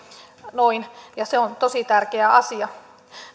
ja se on tosi tärkeä asia